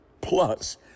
Plus